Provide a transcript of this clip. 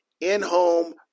in-home